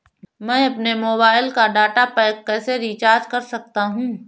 मैं अपने मोबाइल का डाटा पैक कैसे रीचार्ज कर सकता हूँ?